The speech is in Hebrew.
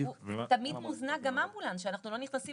תמיד מוזנק גם אמבולנס שאנחנו לא נכנסים